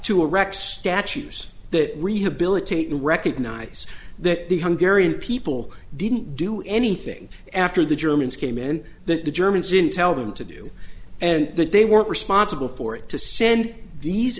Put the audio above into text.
to erect statues that rehabilitate and recognise that the hungry people didn't do anything after the germans came in that the germans didn't tell them to do and that they weren't responsible for it to send these